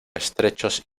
estrechos